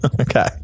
Okay